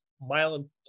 Milan